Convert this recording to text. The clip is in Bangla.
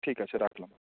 ঠিক আছে রাখলাম